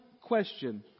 question